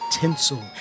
tinsel